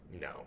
no